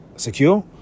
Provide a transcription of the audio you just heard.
Secure